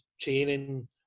training